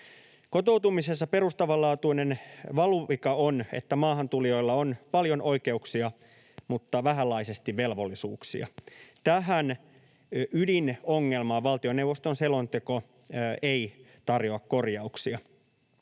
Kotoutumisessa perustavanlaatuinen valuvika on, että maahantulijoilla on paljon oikeuksia mutta vähänlaisesti velvollisuuksia. Tähän ydinongelmaan valtioneuvoston selonteko ei tarjoa korjauksia.